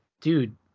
dude